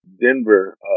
Denver